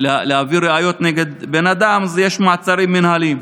להביא ראיות נגד בן אדם, אז יש מעצרים מינהליים.